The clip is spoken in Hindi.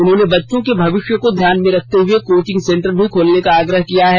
उन्होंने बच्चों के भविष्य को ध्यान में रखते हुए कोचिंग सेंटर भी खोलने का आग्रह किया है